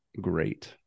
Great